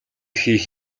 хийх